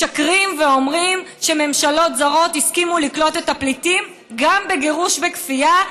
משקרים ואומרים שממשלות זרות הסכימו לקלוט את הפליטים גם בגירוש בכפייה.